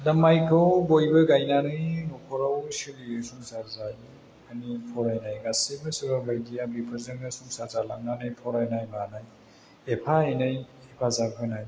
दा मायखौ बयबो गायनानै नखराव सोलियो संसार जायो मानि फरायनाय गासैबो सोरबा बायदिया बेफोरजोंनो संसार जालांनानै फरायनाय मानाय एफा एनै हेफाजाब होनाय